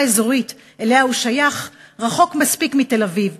האזורית שאליה הוא שייך רחוק מספיק מתל-אביב.